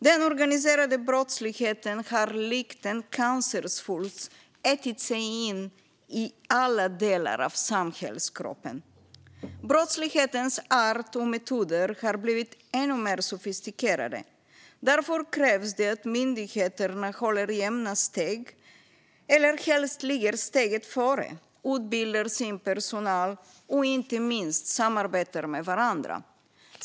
Den organiserade brottsligheten har likt en cancersvulst ätit sig in i alla delar av samhällskroppen. Brottslighetens art och metoder har blivit ännu mer sofistikerade. Därför krävs det att myndigheterna håller jämna steg eller helst ligger steget före, utbildar sin personal och inte minst samarbetar med varandra.